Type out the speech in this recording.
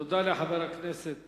תודה לחבר הכנסת